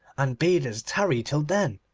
and bade us tarry till then.